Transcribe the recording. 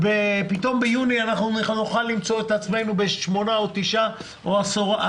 ביוני נוכל למצוא את עצמנו ב-10% אבטלה